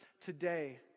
today